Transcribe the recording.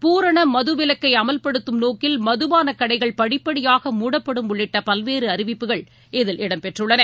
பூரணமதுவிலக்கைஅமல்படுத்தும் நோக்கில் மதபானகடைகள் படிப்படியாக முடப்படும் உள்ளிட்டபல்வேறுஅறிவிப்புகள் இதில் இடம்பெற்றுள்ளன